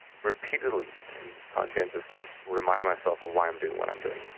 repeatedly and conscientiously remind myself of why i'm doing what i'm doing